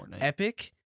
Epic